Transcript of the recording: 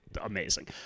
amazing